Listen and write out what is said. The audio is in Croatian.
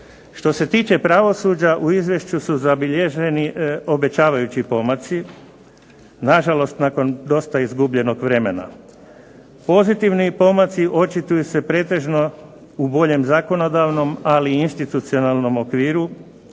Što se tiče pravosuđa u izvješću su zabilježeni obećavajući pomaci, na žalost nakon dosta izgubljenog vremena. Pozitivni pomaci očituju se pretežno u boljem zakonodavnom, ali i institucionalnom okviru